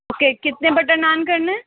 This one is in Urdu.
اوکے کتنے بٹر نان کرنے ہیں